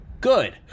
Good